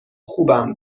خوبم